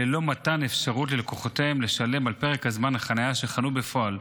ללא מתן אפשרות ללקוחותיהם לשלם על פרק זמן החניה בפועל.